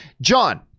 John